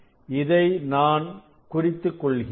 இதை நான் குறித்துக் கொள்கிறேன்